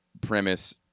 premise